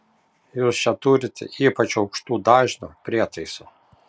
jūs čia turite ypač aukštų dažnių prietaisų